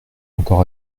encore